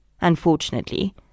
Unfortunately